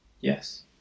Yes